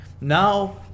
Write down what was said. now